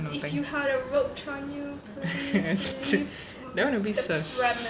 no thanks that [one] a bit sus